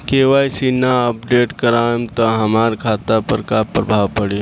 KYC ना update करवाएम त हमार खाता पर का प्रभाव पड़ी?